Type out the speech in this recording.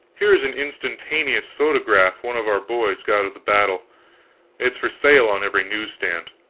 here is an instantaneous photograph one of our boys got of the battle it's for sale on every news-stand.